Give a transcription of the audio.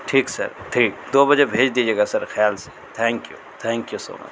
ٹھیک ہے سر ٹھیک ہے دو بجے بھیج دیجیے گا سر خیال سے thank you thank you so much